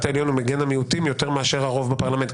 העליון הוא מגן המיעוטים יותר מאשר הרוב בפרלמנט.